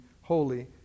holy